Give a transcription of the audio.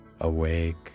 awake